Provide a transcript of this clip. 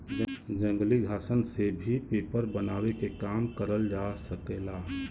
जंगली घासन से भी पेपर बनावे के काम करल जा सकेला